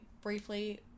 briefly